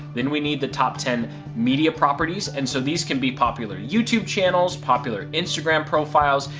then we need the top ten media properties, and so this can be popular youtube channels, popular instagram profiles,